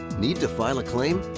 need to file a claim?